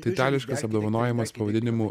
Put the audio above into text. tai itališkas apdovanojimas pavadinimu